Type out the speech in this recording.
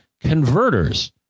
converters